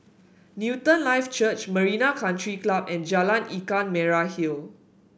Newton Life Church Marina Country Club and Jalan Ikan Merah Hill